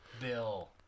Bill